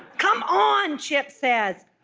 come on chip says.